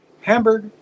Hamburg